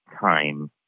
time